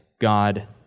God